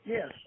Yes